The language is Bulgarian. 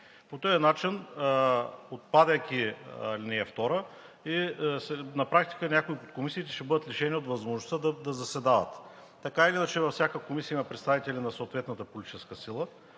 По този начин, отпадайки ал. 2, на практика някои от комисиите ще бъдат лишени от възможността да заседават. Така или иначе във всяка комисия има представители на съответната политическа сила,